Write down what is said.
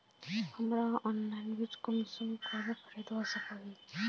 हमरा ऑनलाइन बीज कुंसम करे खरीदवा सको ही?